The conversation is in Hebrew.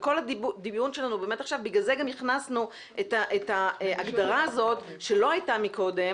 לכן גם הכנסנו את ההגדרה הזאת שלא הייתה קודם,